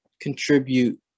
contribute